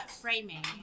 framing